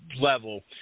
level